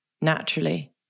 naturally